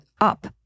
up